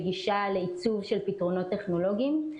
בגישה לעיצוב של פתרונות טכנולוגיים.